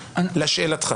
לשאלתך.